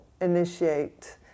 initiate